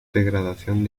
degradación